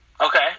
Okay